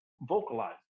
vocalize